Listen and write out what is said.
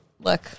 look